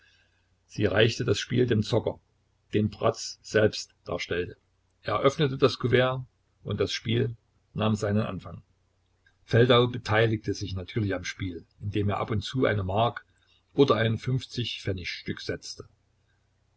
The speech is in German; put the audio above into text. sie reichte das spiel dem zocker den bratz selbst darstellte er öffnete das kuvert und das spiel nahm seinen anfang feldau beteiligte sich natürlich am spiel indem er ab und zu eine mark oder ein fünfzigpfennigstück setzte